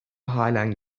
halen